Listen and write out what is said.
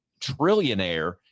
trillionaire